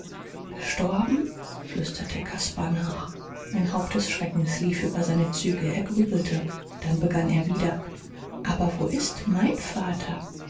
gestorben flüsterte caspar nach ein hauch des schreckens lief über seine züge er grübelte dann begann er wieder aber wo ist mein vater